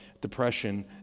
depression